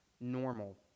normal